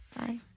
Bye